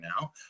now